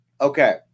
okay